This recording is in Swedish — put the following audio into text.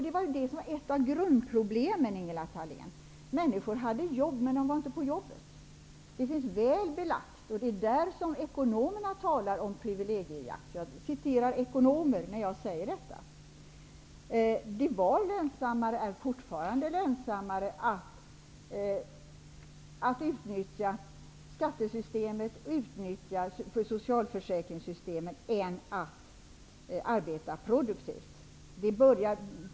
Det var ett av grundproblemen, Ingela Thale n. Människor hade jobb, men de var inte på jobbet. Det finns väl belagt. Det är där som ekonomerna talar om privilegiejakt, och det är dem jag citerar. Det var och är fortfarande lönsammare att utnyttja socialförsäkringssystemet än att arbeta produktivt.